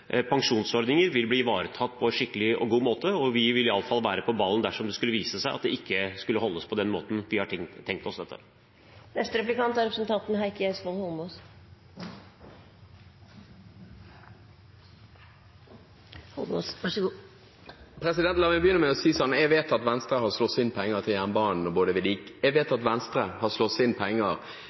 pensjonsordninger vil bli ivaretatt på en skikkelig og god måte. Vi vil i alle fall være på ballen dersom det skulle vise seg at det ikke skulle bli på den måten vi har tenkt oss dette. La meg begynne med å si at jeg vet at Venstre har slåss inn penger til jernbanevedlikehold og til jernbanesatsingen i budsjettet som har vært, og derfor er jeg så lei meg for at Venstre er med på denne jernbanereformen, for jeg har